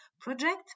project